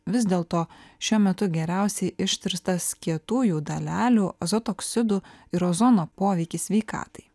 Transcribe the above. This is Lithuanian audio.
vis dėl to šiuo metu geriausiai ištirtas kietųjų dalelių azoto oksidų ir ozono poveikis sveikatai